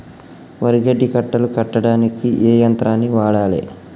వరి గడ్డి కట్టలు కట్టడానికి ఏ యంత్రాన్ని వాడాలే?